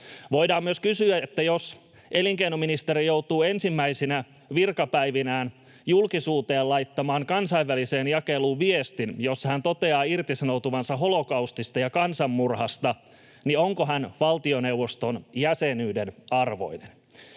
Voidaan myös kysyä, että jos elinkeinoministeri joutuu ensimmäisinä virkapäivinään laittamaan julkisuuteen kansainväliseen jakeluun viestin, jossa hän toteaa irtisanoutuvansa holokaustista ja kansanmurhasta, onko hän valtioneuvoston jäsenyyden arvoinen.